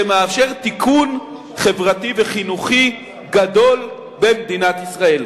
שמאפשר תיקון חברתי וחינוכי גדול במדינת ישראל.